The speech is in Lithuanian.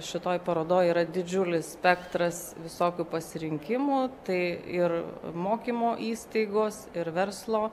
šitoj parodoj yra didžiulis spektras visokių pasirinkimų tai ir mokymo įstaigos ir verslo